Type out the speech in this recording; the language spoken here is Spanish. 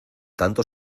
tanto